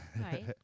right